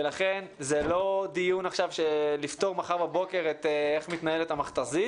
לכן זה לא דיון עכשיו לפתור מחר בבוקר את איך מתנהלת המכת"זית,